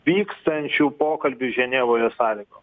vykstančių pokalbių ženevoje sąlygom